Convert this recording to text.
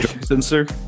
sensor